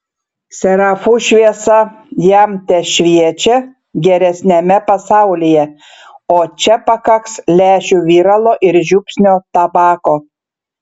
serafų šviesa jam tešviečia geresniame pasaulyje o čia pakaks lęšių viralo ir žiupsnio tabako